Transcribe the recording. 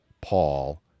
Paul